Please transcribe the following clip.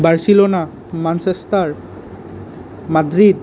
Barcelona Manchester Madrid